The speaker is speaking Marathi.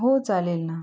हो चालेल ना